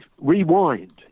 Rewind